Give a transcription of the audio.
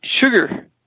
sugar